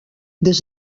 des